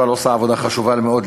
אבל עושה עבודה חשובה מאוד,